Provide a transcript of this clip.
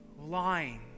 lying